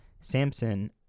Samson